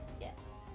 Yes